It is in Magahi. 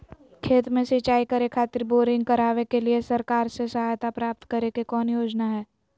खेत में सिंचाई करे खातिर बोरिंग करावे के लिए सरकार से सहायता प्राप्त करें के कौन योजना हय?